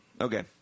Okay